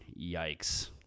Yikes